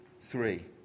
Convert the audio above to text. three